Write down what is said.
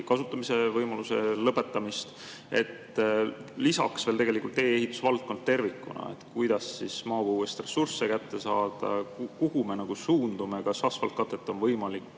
kasutamise võimaluse lõpetamist. Lisaks veel tee-ehitusvaldkond tervikuna: kuidas maapõuest ressursse kätte saada, kuhu me suundume, kas asfaltkatet on võimalik